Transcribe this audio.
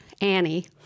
Annie